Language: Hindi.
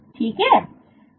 ठीक है